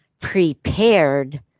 prepared